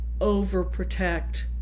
overprotect